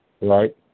right